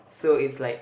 so it's like